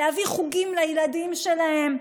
להביא חוגים לילדים שלהם,